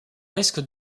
risque